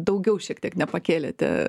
daugiau šiek tiek nepakėlėte